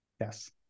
Yes